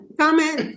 comment